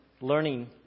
learning